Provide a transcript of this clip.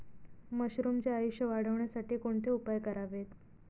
मशरुमचे आयुष्य वाढवण्यासाठी कोणते उपाय करावेत?